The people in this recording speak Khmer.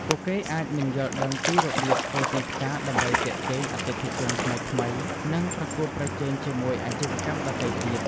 ពួកគេអាចមិនយល់ដឹងពីរបៀបធ្វើទីផ្សារដើម្បីទាក់ទាញអតិថិជនថ្មីៗ និងប្រកួតប្រជែងជាមួយអាជីវកម្មដទៃទៀត។